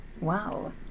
Wow